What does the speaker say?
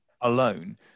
alone